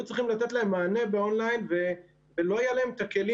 צריכים לתת להם מענה באון-ליין ולא היה להם את הכלים.